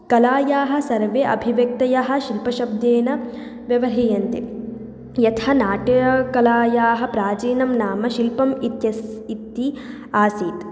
कलायाः सर्वे अभिव्यक्तयः शिल्पशब्देन व्यवह्रियन्ते यथा नाट्यकलायाः प्राचीनं नाम शिल्पम् इत्यस्य इति आसीत्